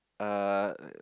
uh